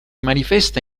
manifesta